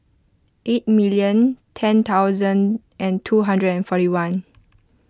eight million ten thousand and two hundred and forty one